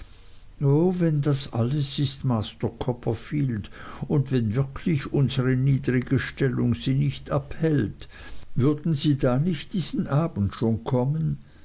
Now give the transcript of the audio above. wenn das alles ist master copperfield und wenn wirklich unsere niedrige stellung sie nicht abhält würden sie da nicht diesen abend schon kommen